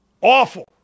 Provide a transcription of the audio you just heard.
Awful